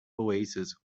oasis